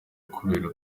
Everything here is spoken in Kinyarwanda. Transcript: kubera